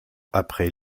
après